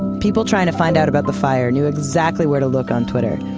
people trying to find out about the fire knew exactly where to look on twitter.